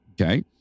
Okay